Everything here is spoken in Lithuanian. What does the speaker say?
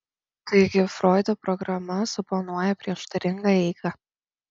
taigi froido programa suponuoja prieštaringą eigą